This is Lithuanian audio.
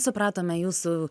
supratome jūsų